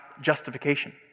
justification